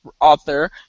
author